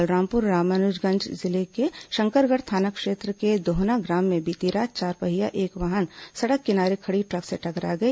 बलरामपुर रामानुजगंज जिले के शंकरगढ़ थाना क्षेत्र के दोहना ग्राम में बीती रात चारपहिया एक वाहन सड़क किनारे खड़ी ट्रक से टकरा गई